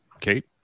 Kate